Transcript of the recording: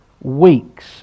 weeks